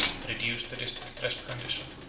reduced to this distressed condition,